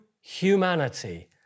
humanity